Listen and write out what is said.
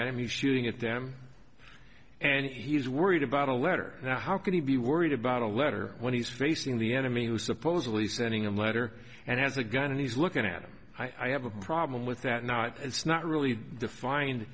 he's shooting at them and he's worried about a letter now how can he be worried about a letter when he's facing the enemy who supposedly sending a letter and has a gun and he's looking at him i have a problem with that not it's not really defined